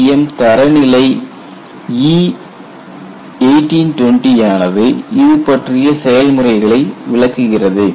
ASTM தரநிலை E1820 ஆனது இது பற்றிய செயல்முறைகளை விளக்குகிறது